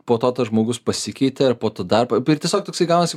po to tas žmogus pasikeitė ir po to dar pa per tiesiog toksai gaunasi